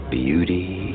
beauty